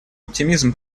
оптимизм